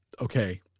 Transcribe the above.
Okay